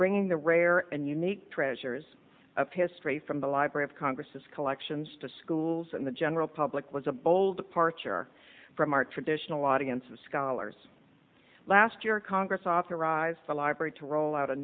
bringing the rare and unique treasures of history from the library of congress as collections to schools and the general public was a bold parcher from our traditional audience of scholars last year congress authorized the library to roll out a